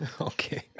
Okay